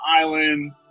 island